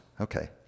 Okay